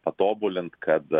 patobulint kad